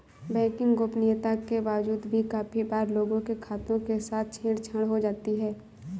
banking गोपनीयता के बावजूद भी काफी बार लोगों के खातों के साथ छेड़ छाड़ हो जाती है